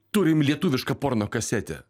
turim lietuvišką porno kasetę